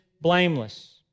blameless